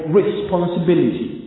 responsibility